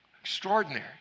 extraordinary